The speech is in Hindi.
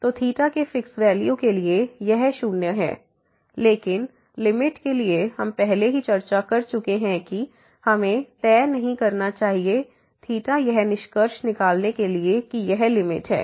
तो के फिक्स वैल्यू के लिए यह 0 है लेकिन लिमिट के लिए हम पहले ही चर्चा कर चुके हैं कि हमें तय नहीं करना चाहिए यह निष्कर्ष निकालने के लिए कि यह लिमिट है